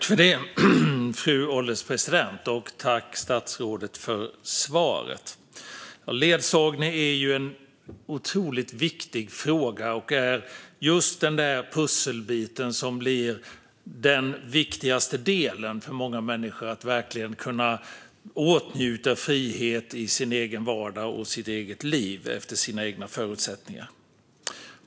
Fru ålderspresident! Tack, statsrådet, för svaret! Ledsagning är en otroligt viktig fråga och just den pusselbit som blir den viktigaste delen för många människor för att de verkligen ska kunna åtnjuta frihet i sin egen vardag och sitt eget liv, efter sina egna förutsättningar.